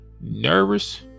nervous